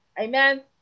amen